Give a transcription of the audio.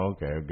Okay